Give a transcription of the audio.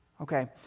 Okay